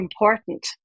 important